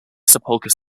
sepulchre